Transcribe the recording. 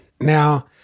Now